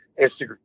Instagram